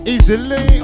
Easily